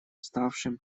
ставшим